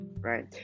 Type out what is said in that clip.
right